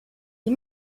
die